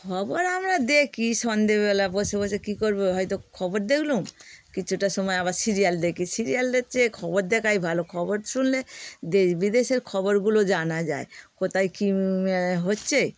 খবর আমরা দেখি সন্ধেবেলা বসে বসে কী করব হয়তো খবর দেখলাম কিছুটা সময় আবার সিরিয়াল দেখি সিরিয়ালের চেয়ে খবর দেখাই ভালো খবর শুনলে দেশ বিদেশের খবরগুলো জানা যায় কোথায় কী হচ্ছে